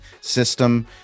system